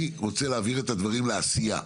אני רוצה להעביר את הדברים לעשייה.